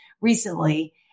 recently